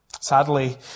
Sadly